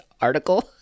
article